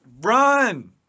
run